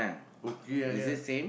coookie ah yeah